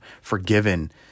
forgiven